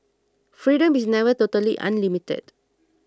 freedom is never totally unlimited